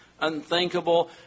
unthinkable